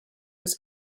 was